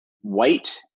white